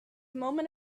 moment